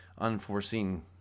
unforeseen